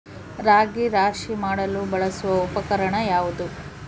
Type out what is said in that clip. ರಾಗಿ ರಾಶಿ ಮಾಡಲು ಬಳಸುವ ಉಪಕರಣ ಯಾವುದು?